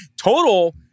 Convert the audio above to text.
Total